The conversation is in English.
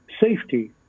safety